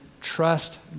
trust